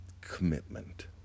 commitment